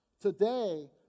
Today